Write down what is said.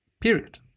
Period